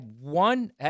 one